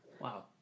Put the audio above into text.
wow